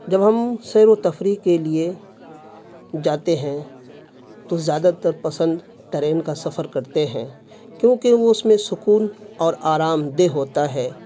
جب ہم سیر و تفریح کے لیے جاتے ہیں تو زیادہ تر پسند ٹرین کا سفر کرتے ہیں کیونکہ وہ اس میں سکون اور آرام دہ ہوتا ہے